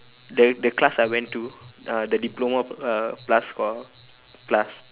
the the class I went to uh the diploma uh plus called class